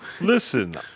Listen